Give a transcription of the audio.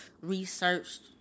researched